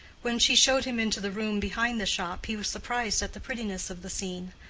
when she showed him into the room behind the shop he was surprised at the prettiness of the scene.